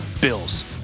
Bills